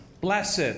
Blessed